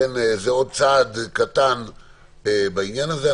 לכן זה עוד צעד קטן בעניין הזה.